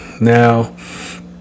Now